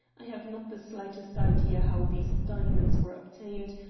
i have not the slightest idea how these diamonds were obtained,